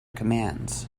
commands